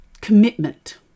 commitment